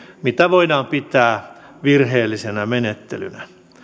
mitä voidaan pitää virheellisenä menettelynä